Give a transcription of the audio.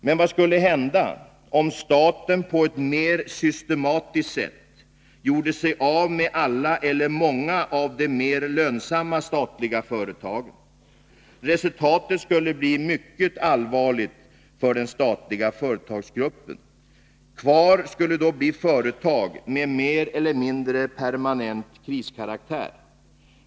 Men vad skulle hända, om staten på ett mer systematiskt sätt gjorde sig av med alla eller många av de mera lönsamma statliga företagen? Resultatet skulle bli mycket allvarligt för den statliga företagsgruppen. Kvar skulle då bli företag med mer eller mindre permanent kriskaraktär.